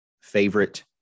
favorite